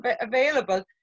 available